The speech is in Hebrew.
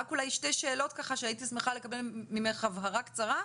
רק אולי שתי שאלות שהייתי שמחה לקבל ממך הבהרה קצרה עליהן,